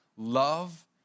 love